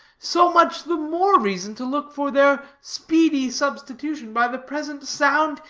so much the more reason to look for their speedy substitution by the present sound,